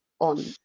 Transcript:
on